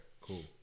cool